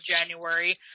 January